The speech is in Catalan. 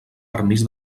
permís